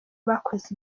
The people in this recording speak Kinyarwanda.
bakoze